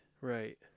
Right